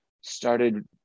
started